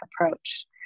approach